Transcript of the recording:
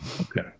okay